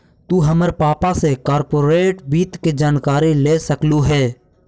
तु हमर पापा से कॉर्पोरेट वित्त के जानकारी ले सकलहुं हे